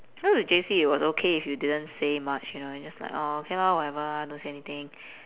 so in J_C it was okay if you didn't say much you know you just like okay lor whatever don't say anything